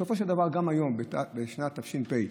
בסופו של דבר, גם היום בשנת תש"ף,